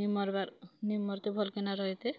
ନି ମର୍ବାର୍ ନି ମର୍ତେ ଭଲ୍ କିନା ରହିତେ